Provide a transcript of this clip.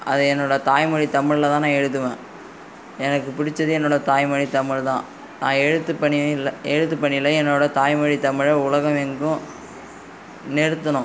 அது என்னோடய தாய் மொழி தமிழில் தான் நான் எழுதுவேன் எனக்கு பிடிச்சது என்னோடய தாய்மொழி தமிழ் தான் நான் எழுத்து பணி எழுத்து பணியில் என்னோடய தாய் மொழி தமிழை உலகமெங்கும் நிறுத்தணும்